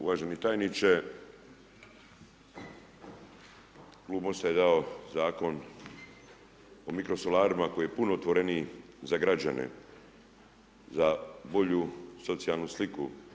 Uvaženi tajniče, klub MOST-a je dao Zakon o mikrosolarima koji je puno otvoreniji za građane, za bolju socijalnu sliku.